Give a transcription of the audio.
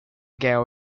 gao